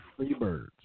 Freebirds